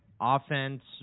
offense